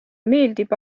meeldib